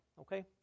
okay